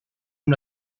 amb